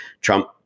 Trump